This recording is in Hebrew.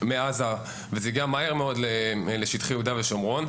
מעזה, ומהר מאוד זה הגיע אל שטחי יהודה ושומרון.